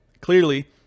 Clearly